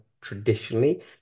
traditionally